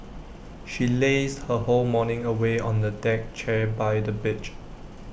she lazed her whole morning away on the deck chair by the beach